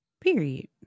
Period